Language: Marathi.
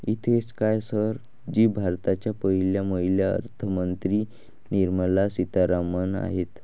इतकेच काय, सर जी भारताच्या पहिल्या महिला अर्थमंत्री निर्मला सीतारामन आहेत